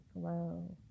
glow